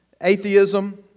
atheism